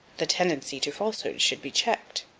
the tendency to falsehood should be checked.